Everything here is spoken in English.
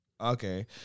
Okay